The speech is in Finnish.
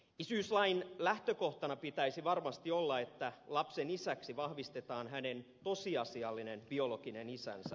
isyyslain lähtökohtana pitäisi varmasti olla että lapsen isäksi vahvistetaan hänen tosiasiallinen biologinen isänsä